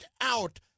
out